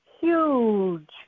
huge